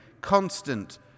constant